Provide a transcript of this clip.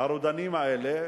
הרודניים האלה,